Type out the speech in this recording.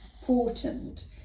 important